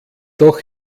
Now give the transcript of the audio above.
doch